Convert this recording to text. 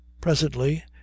presently